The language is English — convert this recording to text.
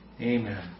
Amen